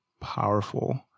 powerful